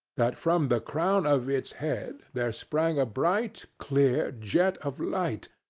that from the crown of its head there sprung a bright clear jet of light,